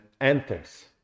enters